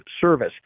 service